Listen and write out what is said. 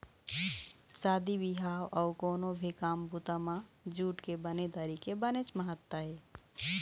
शादी बिहाव अउ कोनो भी काम बूता म जूट के बने दरी के बनेच महत्ता हे